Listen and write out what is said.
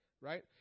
right